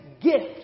gift